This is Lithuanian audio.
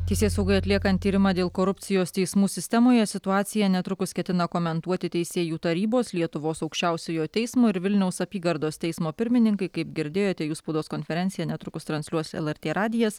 teisėsaugai atliekant tyrimą dėl korupcijos teismų sistemoje situaciją netrukus ketina komentuoti teisėjų tarybos lietuvos aukščiausiojo teismo ir vilniaus apygardos teismo pirmininkai kaip girdėjote jų spaudos konferenciją netrukus transliuos lrt radijas